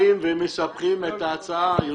אנחנו מתחברים לרציונל כמו שהבנו מהדיונים הקודמים.